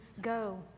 go